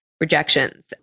rejections